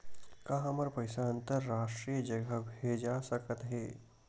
का हमर पईसा अंतरराष्ट्रीय जगह भेजा सकत हे?